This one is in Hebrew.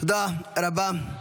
תודה רבה.